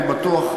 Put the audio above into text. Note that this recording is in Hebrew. אני בטוח,